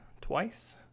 twice